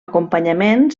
acompanyament